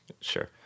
sure